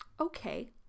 Okay